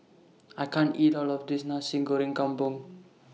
I can't eat All of This Nasi Goreng Kampung